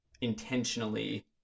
intentionally